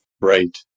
Right